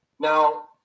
Now